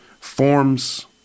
forms